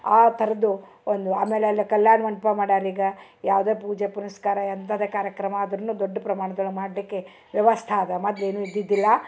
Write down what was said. ಆ ಥರದ್ದು ಒಂದು ಆಮೇಲೆ ಅಲ್ಲೆ ಕಲ್ಯಾಣ ಮಂಟಪ ಮಾಡ್ಯಾರೀಗ ಯಾವುದೇ ಪೂಜೆ ಪುನಸ್ಕಾರ ಎಂಥದೆ ಕಾರ್ಯಕ್ರಮ ಆದರೂನು ದೊಡ್ಡ ಪ್ರಮಾಣದೊಳ್ಗ ಮಾಡಲಿಕ್ಕೆ ವ್ಯವಸ್ಥೆ ಅದ ಮೊದ್ಲೇನು ಇದ್ದಿದ್ದಿಲ್ಲಾ